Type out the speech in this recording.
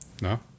no